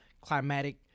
climatic